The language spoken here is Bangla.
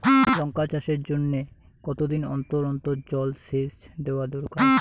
লঙ্কা চাষের জন্যে কতদিন অন্তর অন্তর জল দেওয়া দরকার?